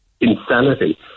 insanity